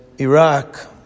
Iraq